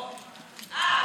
עבר.